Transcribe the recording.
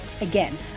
Again